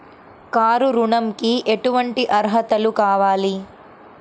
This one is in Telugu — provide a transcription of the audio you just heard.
కారు ఋణంకి ఎటువంటి అర్హతలు కావాలి?